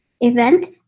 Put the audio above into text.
event